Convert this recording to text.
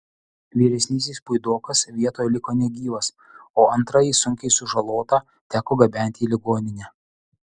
vyresnysis puidokas vietoj liko negyvas o antrąjį sunkiai sužalotą teko gabenti į ligoninę